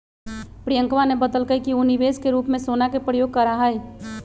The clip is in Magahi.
प्रियंकवा ने बतल कई कि ऊ निवेश के रूप में सोना के प्रयोग करा हई